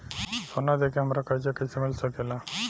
सोना दे के हमरा कर्जा कईसे मिल सकेला?